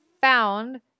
found